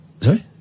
Sorry